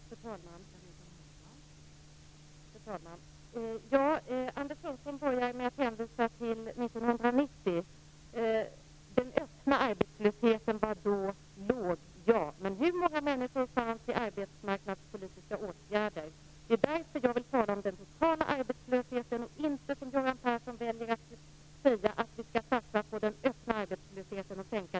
Fru talman! Anders Sundström börjar med att hänvisa till 1990. Ja, den öppna arbetslösheten var då låg. Men hur många människor fanns det i arbetsmarknadspolitiska åtgärder? Jag vill tala om den totala arbetslösheten och inte, som Göran Persson gör, satsa på att sänka den öppna arbetslösheten.